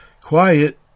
Quiet